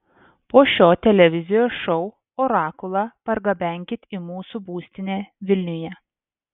po šio televizijos šou orakulą pargabenkit į mūsų būstinę vilniuje